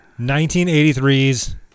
1983's